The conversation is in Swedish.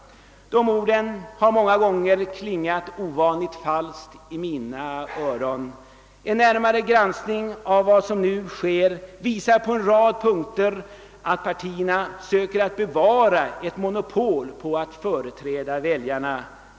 Dessa ord har många gånger klingat ovanligt falskt i mina öron. En närmare granskning av vad som nu sker visar på en rad punkter att partierna söker bevara ett monopol på att företräda väljarna.